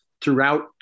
throughout